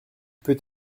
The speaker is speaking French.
peut